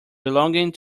belonging